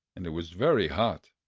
and it was very hot.